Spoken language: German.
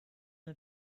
nur